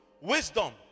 wisdom